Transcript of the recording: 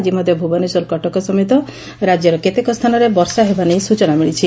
ଆକି ମଧ୍ଧ ଭୁବନେଶ୍ୱର କଟକ ସମେତ ରାଜ୍ୟର କେତେକ ସ୍ଥାନରେ ବର୍ଷା ହେବା ନେଇ ସୂଚନା ମିଳିଛି